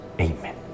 Amen